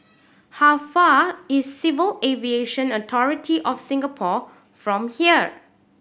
how far is Civil Aviation Authority of Singapore from here